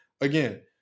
again